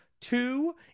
Two